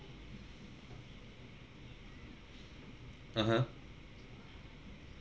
(uh huh)